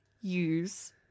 use